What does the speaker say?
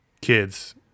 kids